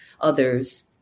others